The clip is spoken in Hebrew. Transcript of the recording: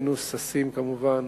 היינו ששים, כמובן,